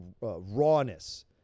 rawness